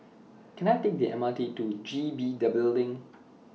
Can I Take The M R T to G B The Building